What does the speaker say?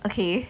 okay